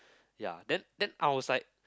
ya then then I was like